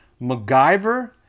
MacGyver